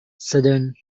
southern